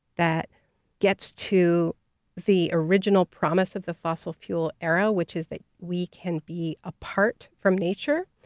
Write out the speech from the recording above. that gets to the original promise of the fossil fuel era which is that we can be apart from nature,